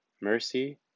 mercy